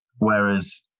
Whereas